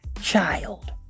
Child